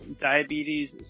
Diabetes